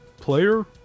player